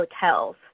hotels